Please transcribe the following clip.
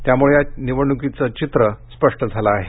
त्यामुळे या निवडणुकीचं चित्र स्पष्ट झालं आहे